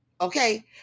Okay